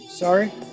Sorry